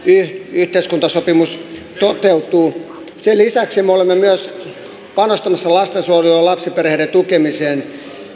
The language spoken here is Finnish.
yhteiskuntasopimus toteutuu sen lisäksi me olemme myös panostamassa lastensuojeluun ja lapsiperheiden tukemiseen